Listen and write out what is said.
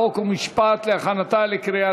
חוק ומשפט נתקבלה.